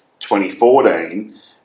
2014